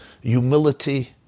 humility